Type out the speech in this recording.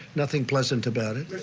nothing pleasant about it.